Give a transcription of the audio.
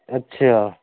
اچھا